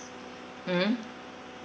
(uh huh)